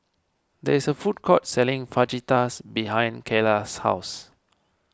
there is a food court selling Fajitas behind Keyla's house